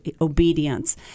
obedience